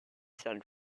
sound